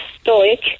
stoic